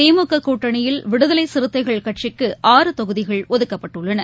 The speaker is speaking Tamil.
திமுக கூட்டணியில் விடுதலை சிறுத்தைகள் கட்சிக்கு ஆறு தொகுதிகள் ஒதுக்கப்பட்டுள்ளன